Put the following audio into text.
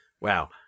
Wow